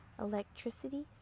electricity